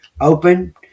open